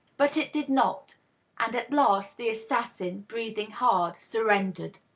but it did not and at last the assassin, breathing hard, surrendered.